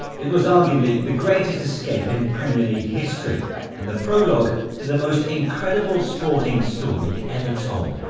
it was arguably the greatest escape in premier league history and the prologue to the most incredible sporting story ever told.